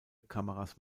kameras